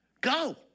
Go